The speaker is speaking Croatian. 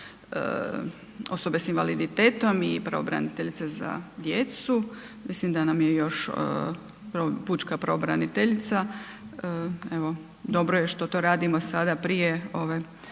osobe s invaliditetom i pravobraniteljice za djecu, mislim da nam je još pučka pravobraniteljica, evo dobro je što to radimo sada prije ove